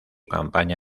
campaña